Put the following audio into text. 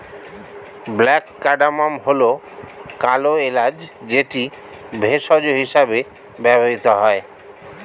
black cardamom হল কালো এলাচ যেটি ভেষজ হিসেবে ব্যবহৃত হয়